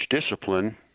discipline